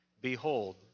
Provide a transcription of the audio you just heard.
Behold